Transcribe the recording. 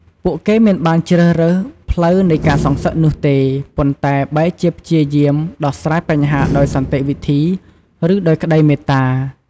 ពួកគេមិនបានជ្រើសរើសផ្លូវនៃការសងសឹកនោះទេ ប៉ុន្តែបែរជាព្យាយាមដោះស្រាយបញ្ហាដោយសន្តិវិធី ឬដោយក្តីមេត្តា។